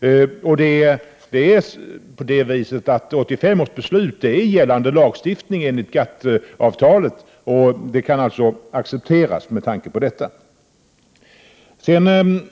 1985 års beslut är enligt GATT-avtalet att anse som gällande lagstiftning och kan alltså accepteras med tanke på detta.